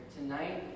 Tonight